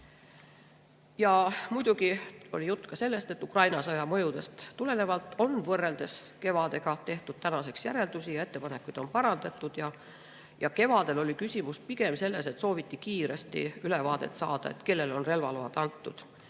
Muidugi oli juttu ka sellest, et Ukraina sõja mõjudest tulenevalt on võrreldes kevadega tänaseks järeldusi tehtud ja ettepanekuid on muudetud. Kevadel oli küsimus pigem selles, et sooviti kiiresti ülevaadet saada, kellele on relvaload antud.